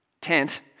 tent